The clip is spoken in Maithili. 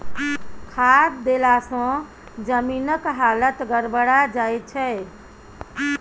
खाद देलासँ जमीनक हालत गड़बड़ा जाय छै